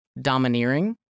domineering